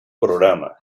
programa